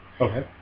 Okay